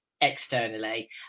externally